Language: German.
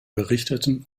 berichteten